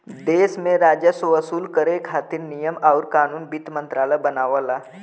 देश में राजस्व वसूल करे खातिर नियम आउर कानून वित्त मंत्रालय बनावला